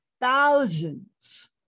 thousands